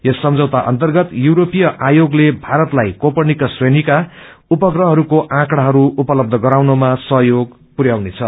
यस सम्झौता अर्न्तगत यूरोपिय आयोगले भारतलाई कोपरनिकास श्रेणीको उपप्रहहस्को आकंडाहरू उपलब्ध गराउनमा सहयोग पुरयाउनेछ